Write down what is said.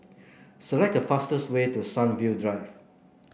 select the fastest way to Sunview Drive